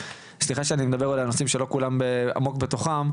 סליחה שאני מדבר על נושאים שלא כולם עמוק בתוכם,